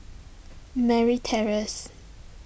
Merryn Terrace